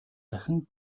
дахин